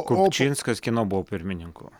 kupčinskas kieno buvo pirmininku